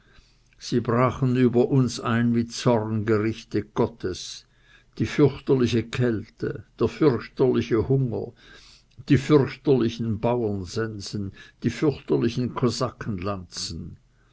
sie brachen über uns ein wie zorngerichte gottes die fürchterliche kälte der fürchterliche hunger die fürchterlichen bauernsensen die fürchterlichen